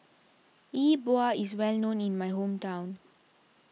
Yi Bua is well known in my hometown